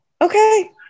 okay